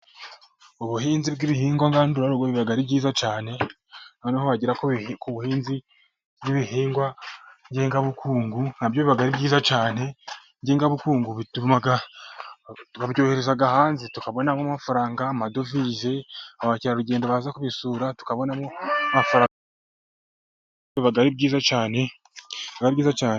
Ubuhinzi bw'ibihingwa ngandura rugo biba ari bwiza cyane, noneho hagera ubuhinzi bw'ibihingwa ngengabukungu nabyo biba ari byiza cyane, ngengabukungu babyohereza hanze tukabonamo amafaranga amadovize abakerarugendo baza kubisura tukabonamo amafaranga biba ari byiza cyane.